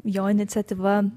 jo iniciatyva